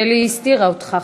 שלי הסתירה אותך.